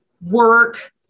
work